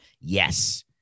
Yes